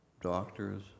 doctors